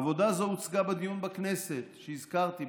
עבודה זו הוצגה בדיון בכנסת שהזכרתי,